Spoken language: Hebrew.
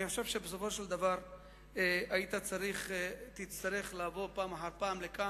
אני חושב שבסופו של דבר תצטרך לבוא פעם אחר פעם לכאן,